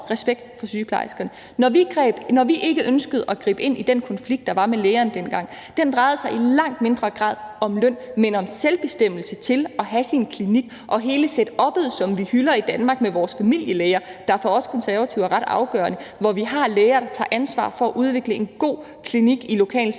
respekt for sygeplejerskerne. Når vi ikke ønskede at gribe ind i den konflikt, der var med lægerne dengang, var det, fordi det i langt mindre grad drejede sig om løn, men om selvbestemmelse til at have sin klinik og hele setuppet, som vi hylder i Danmark, med vores familielæger, der for os Konservative er ret afgørende, og som tager ansvar for at udvikle en god klinik i